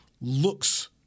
looks